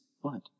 what